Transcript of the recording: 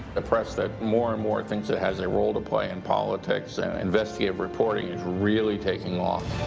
a press that more and more thinks it has a role to play in politics and investigative reporting is really taking off.